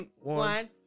One